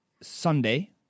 Sunday